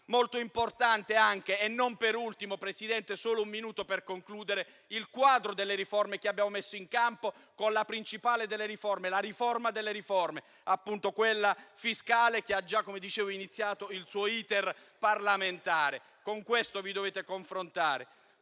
Molto importante è anche, e non per ultimo - Presidente, mi dia solo un minuto per concludere - il quadro delle riforme che abbiamo messo in campo, con la principale di esse, la riforma delle riforme, quella fiscale, che ha già iniziato il suo *iter* parlamentare. Con questo vi dovete confrontare.